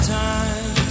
time